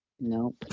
Nope